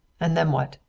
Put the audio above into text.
and then what?